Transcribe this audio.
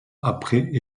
après